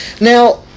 now